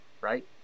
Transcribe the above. right